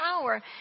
power